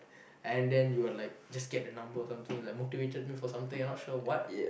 and then you're like just get the number or something like motivated me for something I'm not sure what